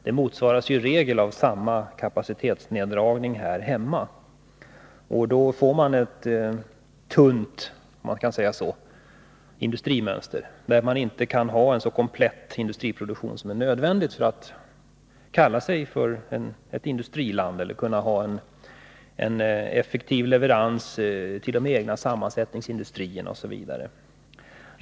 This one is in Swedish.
Det innebär ju i regel en kapacitetsneddragning här hemma som medför att man får ett ”tunt industrimönster”, där man inte kan ha en så komplett industriproduktion som är nödvändig för att Sverige skall kunna kalla sig ett industriland eller kunna klara effektiva leveranser till de egna sammansättningsindustrierna osv.